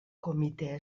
comitè